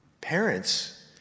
Parents